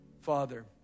Father